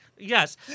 yes